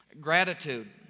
gratitude